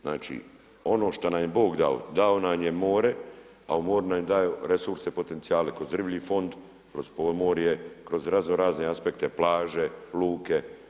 Znači, ono što nam je Bog dao, dao nam je more a u moru nam je dao resurse, potencijale kroz riblji fond, kroz podmorje, kroz razno razne aspekte plaže, luke.